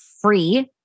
free